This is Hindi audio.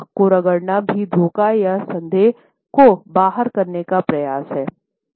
आँख को रगड़ना भी धोखा या संदेह को बाहर करने का प्रयास है